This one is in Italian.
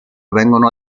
vengono